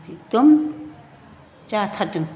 एकदम जाथारदों